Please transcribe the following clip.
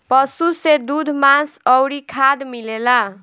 पशु से दूध, मांस अउरी खाद मिलेला